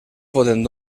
poden